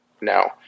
no